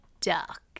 Duck